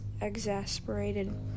exasperated